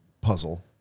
puzzle